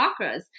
chakras